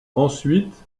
ensuite